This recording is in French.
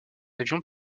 avion